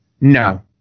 No